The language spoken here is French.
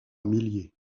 milliers